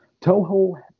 Toho